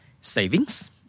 savings